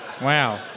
Wow